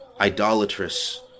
idolatrous